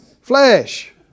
flesh